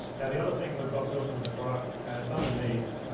now the other thing we've got built into the product, and it's underneath,